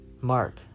Mark